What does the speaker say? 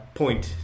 point